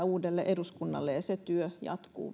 uudelle eduskunnalle ja se työ jatkuu